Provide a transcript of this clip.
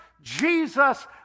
Jesus